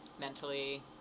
mentally